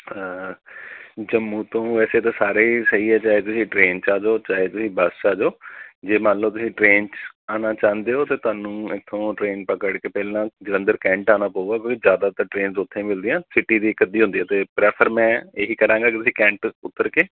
ਜੰਮੂ ਤੋਂ ਵੈਸੇ ਤਾਂ ਸਾਰੇ ਹੀ ਸਹੀ ਹੈ ਚਾਹੇ ਤੁਸੀਂ ਟਰੇਨ 'ਚ ਆ ਜਾਓ ਚਾਹੇ ਤੁਸੀਂ ਬੱਸ ਆ ਜਾਓ ਜੇ ਮੰਨ ਲਓ ਤੁਸੀਂ ਟਰੇਨ 'ਚ ਆਉਣਾ ਚਾਹੁੰਦੇ ਹੋ ਤਾਂ ਤੁਹਾਨੂੰ ਇੱਥੋਂ ਟ੍ਰੇਨ ਪਕੜ ਕੇ ਪਹਿਲਾਂ ਜਲੰਧਰ ਕੈਂਟ ਆਉਣਾ ਪਊਗਾ ਕਿਉਂਕਿ ਜ਼ਿਆਦਾਤਰ ਟਰੇਨਸ ਉੱਥੋਂ ਹੀ ਮਿਲਦੀਆਂ ਸਿਟੀ ਦੀ ਇੱਕ ਅੱਧੀ ਹੁੰਦੀ ਤਾਂ ਪ੍ਰੈਫਰ ਮੈਂ ਇਹ ਹੀ ਕਰਾਂਗਾ ਕਿ ਤੁਸੀਂ ਕੈਂਟ ਉੱਤਰ ਕੇ